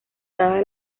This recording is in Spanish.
dada